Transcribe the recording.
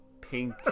pink